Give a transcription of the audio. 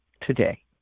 today